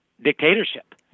dictatorship